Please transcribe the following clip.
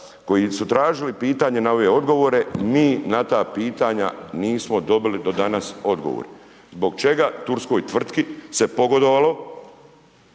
koji su tražili pitanja na ove odgovore, mi na ta pitanja, nismo dobili do danas odgovor. Zbog čega turski tvrtki se pogodovalo